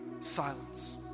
silence